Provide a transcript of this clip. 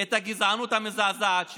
את הגזענות המזעזעת שלו.